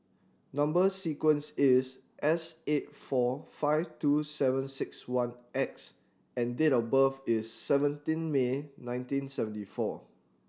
number sequence is S eight four five two seven six one X and date of birth is seventeen May nineteen seventy four